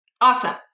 Awesome